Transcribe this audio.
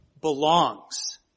belongs